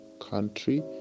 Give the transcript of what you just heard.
country